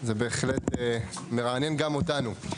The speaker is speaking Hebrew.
זה בהחלט מרענן גם אותנו.